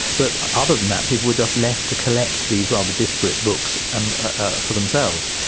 but other than that, people were just left to collect these rather disparate books and ah for themselves,